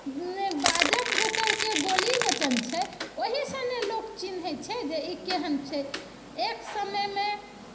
बाजब भूकबके बोली वचन छै ओहिसँ ने लोक चिन्हैत छै जे ई केहन छै एक समयमे